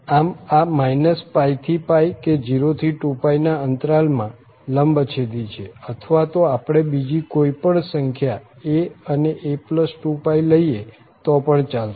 આમ આ ππ કે 02π ના અંતરાલ માં લંબછેદી છે અથવા તો આપણે બીજી કોઈ પણ સંખ્યા a અને a2π લઈએ તો પણ ચાલશે